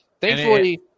Thankfully